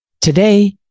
Today